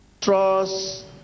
trust